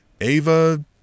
Ava